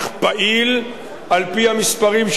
על-פי המספרים שהחברים מסרו לי.